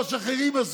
את הפתרון.